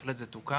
בהחלט זה תוקן,